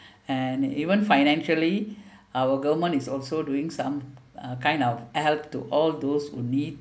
and even financially our government is also doing some uh kind of help to all those who need